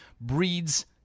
breeds